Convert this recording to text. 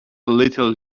little